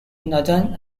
northern